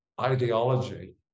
ideology